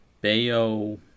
Bayo